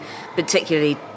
particularly